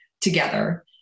together